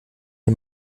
die